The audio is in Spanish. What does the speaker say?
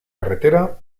carretera